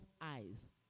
eyes